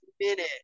minute